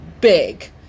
big